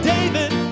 David